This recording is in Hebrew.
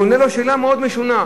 והוא עונה לו תשובה מאוד משונה.